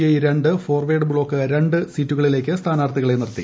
I രണ്ട് ഫോർവേഡ് ബ്ലോക്ക് രണ്ട് സീറ്റുകളിലേക്ക് സ്ഥാനാർത്ഥികളെ നിർത്തി